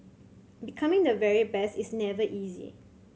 becoming the very best is never easy